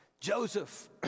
Joseph